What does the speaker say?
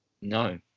No